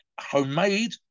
homemade